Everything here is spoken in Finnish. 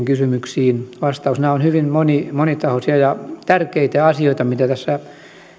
kysymyksiin vastaus nämä ovat hyvin monitahoisia ja tärkeitä asioita mitä tässä